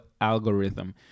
algorithm